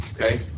okay